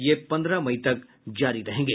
ये पन्द्रह मई तक जारी रहेंगे